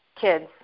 kids